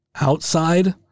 outside